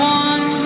one